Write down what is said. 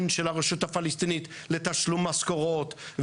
של הרשות הפלסטינית לתשלום משכורות,